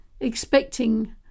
expecting